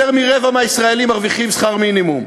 יותר מרבע מהישראלים מרוויחים שכר מינימום.